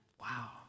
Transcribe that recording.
Wow